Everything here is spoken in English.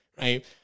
right